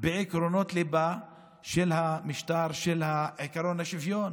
בעקרונות ליבה של המשטר, עקרון השוויון.